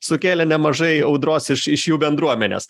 sukėlė nemažai audros iš iš jų bendruomenės